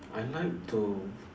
I like to